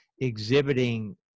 exhibiting